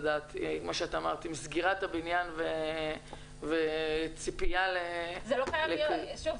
עם סגירת הבניין וציפייה -- זה לא חייב להיות שוב,